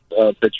pitch